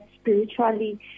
spiritually